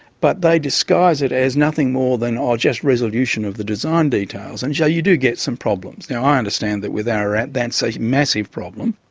but they disguise it as nothing more than, oh, just resolution of the design details, and so yeah you do get some problems. now, i understand that with ararat that's a massive problem.